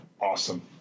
awesome